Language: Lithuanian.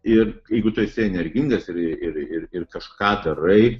ir jeigu tu esi energingas ir ir ir ir kažką darai